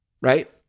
right